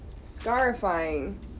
scarifying